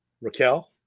Raquel